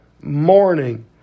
morning